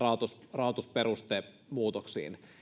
rahoitusperustemuutoksiin